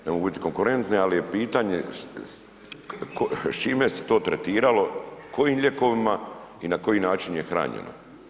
Ne mogu biti konkurentni ali je pitanje s čime se to tretiralo, kojim lijekovima i na koji način je hranjeno.